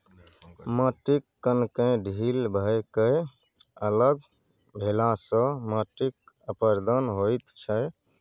माटिक कणकेँ ढील भए कए अलग भेलासँ माटिक अपरदन होइत छै